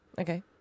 Okay